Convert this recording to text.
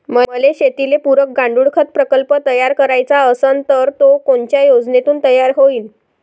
मले शेतीले पुरक गांडूळखत प्रकल्प तयार करायचा असन तर तो कोनच्या योजनेतून तयार होईन?